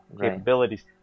capabilities